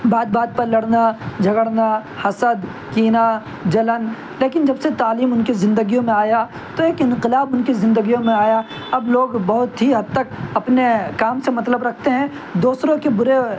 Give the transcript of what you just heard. بات بات پر لڑنا جھگڑنا حسد کینہ جلن لیکن جب سے تعلیم ان کی زندگیوں میں آیا تو ایک انقلاب ان کی زندگیوں میں آیا اب لوگ بہت ہی حد تک اپنے کام سے مطلب رکھتے ہیں دوسروں کے برے